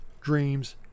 dreams